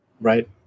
right